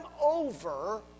over